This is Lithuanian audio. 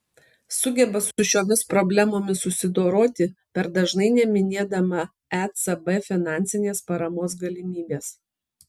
sugeba su šiomis problemomis susidoroti per dažnai neminėdama ecb finansinės paramos galimybės